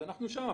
אז אנחנו שם,